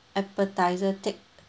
appetiser take